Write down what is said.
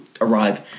arrive